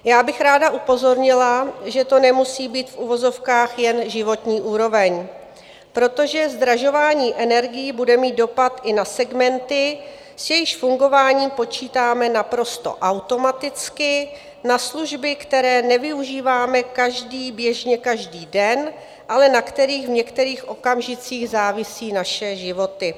Já bych ráda upozornila, že to nemusí být v uvozovkách jen životní úroveň, protože zdražování energií bude mít dopad i na segmenty, s jejichž fungováním počítáme naprosto automaticky, na služby, které nevyužíváme běžně každý den, ale na kterých v některých okamžicích závisí naše životy.